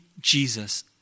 Jesus